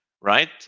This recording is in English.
right